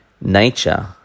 Nature